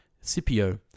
Scipio